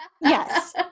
yes